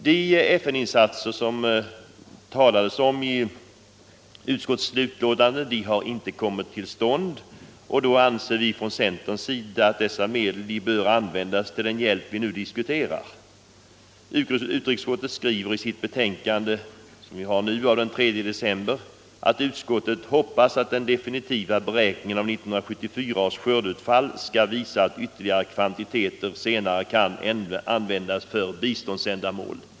De FN-insatser som det talas om i utskottets betänkande har inte kommit till stånd. Därför anser centern att dessa medel i stället bör användas till den hjälp vi nu diskuterar. Utrikesutskottet skriver i sitt betänkande av den 3 december, som vi nu behandlar, att utskottet hoppas att ”den definitiva beräkningen av 1974 års skördeutfall skall visa att ytterligare kvantiteter senare kan användas för biståndsändamål”.